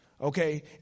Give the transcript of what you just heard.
Okay